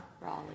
Raleigh